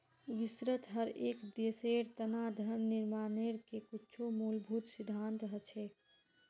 विश्वत हर एक देशेर तना धन निर्माणेर के कुछु मूलभूत सिद्धान्त हछेक